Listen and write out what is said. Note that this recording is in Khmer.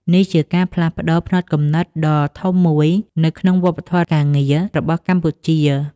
នេះជាការផ្លាស់ប្តូរផ្នត់គំនិតដ៏ធំមួយនៅក្នុងវប្បធម៌ការងាររបស់កម្ពុជា។